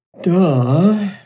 Duh